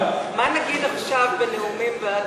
מה נגיד עכשיו בנאומים בעד